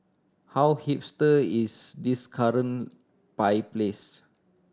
how hipster is this current pie place